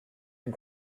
and